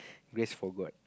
grace for god